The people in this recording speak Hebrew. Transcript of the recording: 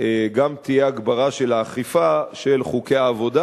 גם תהיה הגברה של האכיפה של חוקי העבודה.